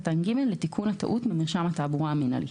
קטן (ג) לתיקון הטעות במרשם התעבורה המינהלי.